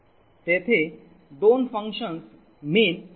तेथे दोन functions main आणि function आहेत